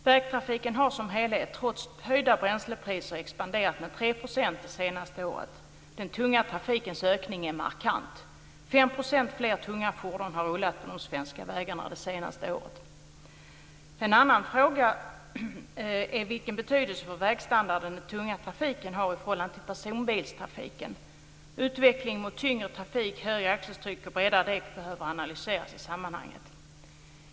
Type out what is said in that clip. Vägtrafiken har som helhet, trots höjda bränslepriser, expanderat med 3 % det senaste året. Den tunga trafikens ökning är markant. 5 % fler tunga fordon har rullat på de svenska vägarna det senaste året. En annan fråga är vilken betydelse för vägstandarden den tunga trafiken har i förhållande till personbilstrafiken. Utvecklingen mot tyngre trafik, högre axeltryck och bredare däck behöver analyseras i sammanhanget.